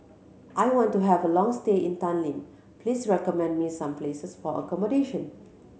I want to have a long stay in Tallinn please recommend me some places for accommodation